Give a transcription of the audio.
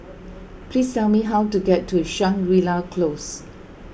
please tell me how to get to Shangri La Close